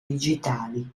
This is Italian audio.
digitali